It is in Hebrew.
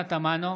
(קורא בשם חברת הכנסת) פנינה תמנו,